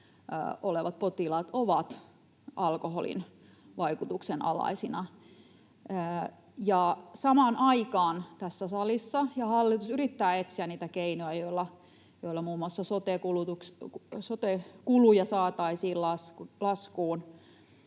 olevat potilaat ovat alkoholin vaikutuksen alaisina. Kun samaan aikaan tässä salissa yritetään ja hallitus yrittää etsiä niitä keinoja, joilla muun muassa sote-kuluja saataisiin laskuun,